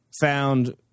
found